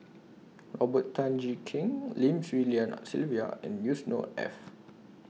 Robert Tan Jee Keng Lim Swee Lian Sylvia and Yusnor Ef